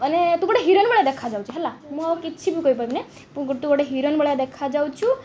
ମାନେ ତୁ ଗୋଟେ ହିରୋଇନ ଭଳିଆ ଦେଖାଯାଉଛୁ ହେଲା ମୁଁ ଆଉ କିଛି ବି କହିପାରିବିନି ତୁ ଗୋଟେ ହିରୋଇନ୍ ଭଳିଆ ଦେଖାଯାଉଛୁ